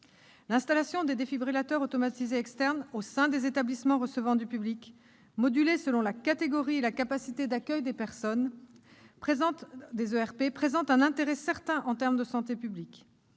L'installation des défibrillateurs automatisés externes au sein des établissements recevant du public, modulée selon la catégorie et la capacité d'accueil de personnes des ERP, présente un intérêt certain en termes de santé publique